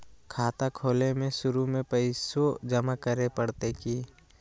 खाता खोले में शुरू में पैसो जमा करे पड़तई की?